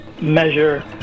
measure